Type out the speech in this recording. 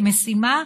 כמשימה